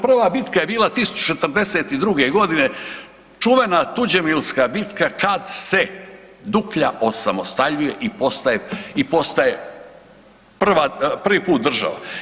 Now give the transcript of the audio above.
Prva bitka je bila 1042. g., čuvena Tuđemilska bitka kad se Duklja osamostaljuje i postaje prvi put država.